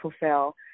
fulfill